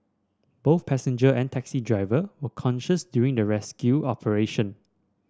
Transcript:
both passenger and taxi driver were conscious during the rescue operation